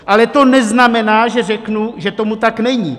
Ale to neznamená, že řeknu, že tomu tak není.